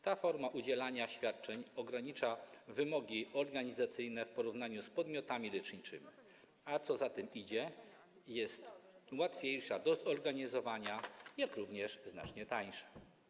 Ta forma udzielania świadczeń ogranicza wymogi organizacyjne w porównaniu z podmiotami leczniczymi, a co za tym idzie, jest łatwiejsza do zorganizowania, jak również znacznie tańsza.